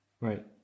Right